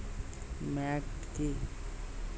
Maggot কি?